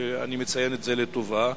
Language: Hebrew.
ואני מציין את זה לטובה,